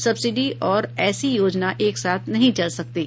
subsidy और ऐसी योजना एकसाथ नहीं चल सकतीं